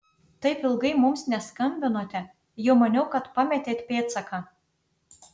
taip ilgai mums neskambinote jau maniau kad pametėt pėdsaką